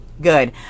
good